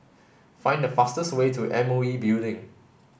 find the fastest way to M O E Building